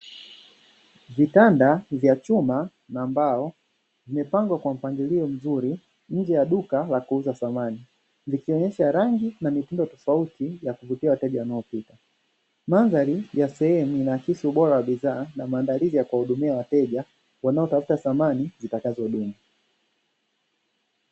Vitanda vya chuma na mbao, vimepangwa kwa mpangilio mzuri nje ya duka la kuuza samani, vikionyesha rangi na mitindo tofauti ya kuvutia wateja wanaopita. Mandhari ya sehemu inaakisi ubora wa bidhaa na maandalizi ya kuwahudumia wateja; wanaotafuta samani zitakazodumu.